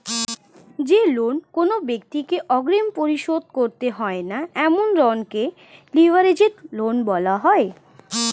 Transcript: যে লোন কোনো ব্যাক্তিকে অগ্রিম পরিশোধ করতে হয় না এমন ঋণকে লিভারেজড লোন বলা হয়